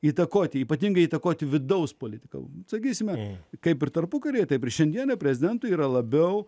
įtakoti ypatingai įtakoti vidaus politiką sakysime kaip ir tarpukaryje taip ir šiandieną prezidentui yra labiau